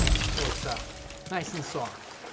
until it's ah nice and soft.